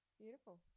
Beautiful